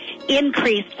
Increased